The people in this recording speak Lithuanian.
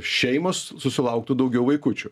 šeimos susilauktų daugiau vaikučių